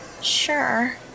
Sure